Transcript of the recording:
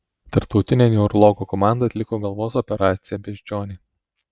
tarptautinė neurologų komanda atliko galvos operaciją beždžionei